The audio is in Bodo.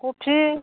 खफि